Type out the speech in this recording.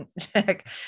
check